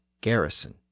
garrison